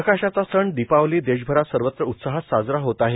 प्रकाशाचा सण दीपावली देशभरात सर्वत्र उत्साहात साजरा होत आहे